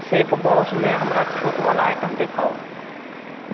Chefboss मे हमरा छूट बला आइटम देखाउ